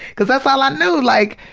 cause that's all i knew, like,